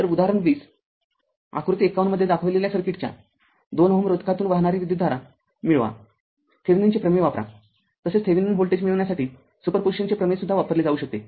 तर उदाहरण २० आकृती ५१ मध्ये दाखविलेल्या सर्किटच्या २ Ω रोधकातून वाहणारी विद्युतधारा मिळवा थेवेनिनचे प्रमेय वापरा तसेच थेवेनिन व्होल्टेज मिळण्यासाठी सुपर पुजिशनचे प्रमेय सुद्धा वापरले जाऊ शकते